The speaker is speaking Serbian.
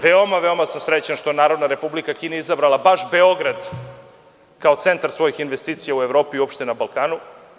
Veoma sam srećan što je Narodna Republika Kina izabrala baš Beograd kao centar svojih investicija u Evropi i na Balkanu.